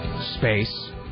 space